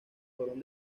fueron